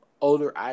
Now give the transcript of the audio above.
older